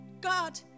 God